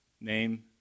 name